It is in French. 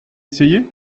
essayé